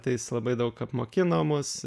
tai jis labai daug apmokino mus